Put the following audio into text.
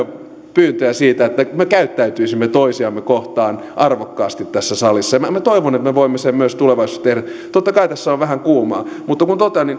pyyntöjä siitä että me käyttäytyisimme toisiamme kohtaan arvokkaasti tässä salissa ja minä toivon että me voimme sen myös tulevaisuudessa tehdä vaikka totta kai tässä on vähän kuumaa mutta kuten